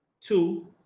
Two